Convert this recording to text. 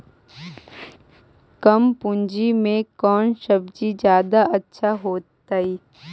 कम पूंजी में कौन सब्ज़ी जादा अच्छा होतई?